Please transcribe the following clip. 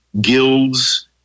guilds